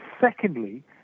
secondly